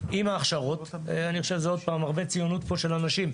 אני חושב שזה נובע מתוך הציונות של האנשים.